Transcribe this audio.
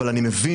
אבל אני מבין